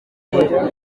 neza